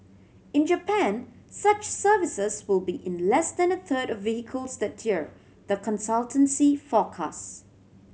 in Japan such services will be in less than a third of vehicles that year the consultancy forecast